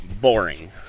boring